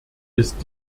ist